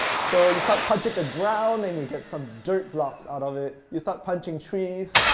so you start punching ground and you get some dirt blocks out of it. you start punching trees,